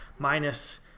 Minus